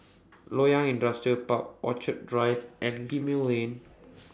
Loyang Industrial Park Orchid Drive and Gemmill Lane